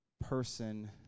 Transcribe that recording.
person